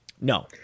No